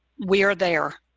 we are there,